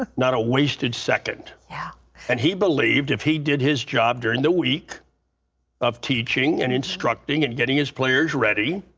ah not a wasted second. yeah and he believed if he did his job during the week of teaching and instructing and getting his players ready,